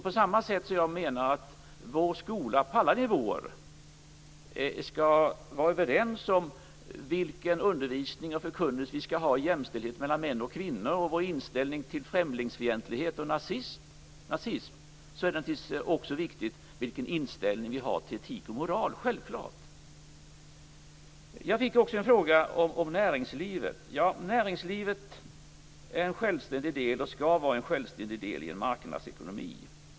På samma sätt som jag menar att vi skall vara överens om vilken undervisning och förkunnelse vi skall ha i vår skola, på alla nivåer, i fråga om jämställdhet mellan män och kvinnor och vår inställning till främlingsfientlighet och nazism, är det naturligtvis också viktigt vilken inställning vi har till etik och moral - självklart! Jag fick också en fråga om näringslivet. Näringslivet är en självständig del och skall vara en självständig del i en marknadsekonomi.